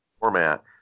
format